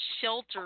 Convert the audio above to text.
shelter